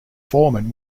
foreman